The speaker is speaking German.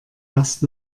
lasst